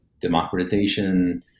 Democratization